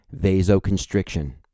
vasoconstriction